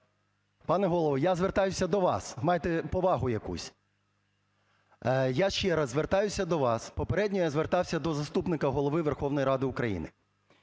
Пане Голово, я звертаюся до вас, майте повагу якусь. Я ще раз звертаюся до вас, попередньо я звертався до заступника Голови Верховної Ради України.